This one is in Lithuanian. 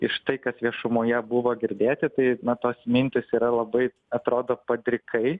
iš tai kas viešumoje buvo girdėti tai na tos mintys yra labai atrodo padrikai